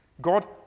God